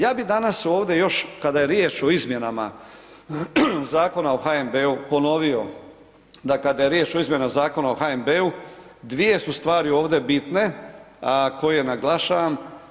Ja bi danas ovdje još kada je riječ o izmjenama Zakona o HNB-u ponovio, da kada je riječ o izmjenama Zakona o HNB-u dvije su stvari ovdje bitne koje naglašavam.